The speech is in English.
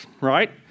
right